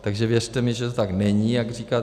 Takže věřte mi, že to tak není, jak říkáte.